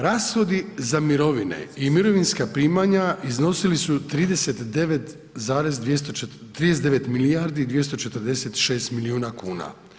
Rashodi za mirovine i mirovinska primanja iznosili su 39 milijardi 246 milijuna kuna.